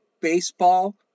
baseball